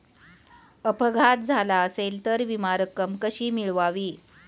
अपघात झाला असेल तर विमा रक्कम कशी मिळवावी?